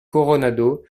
coronado